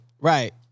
Right